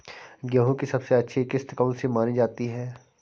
गेहूँ की सबसे अच्छी किश्त कौन सी मानी जाती है?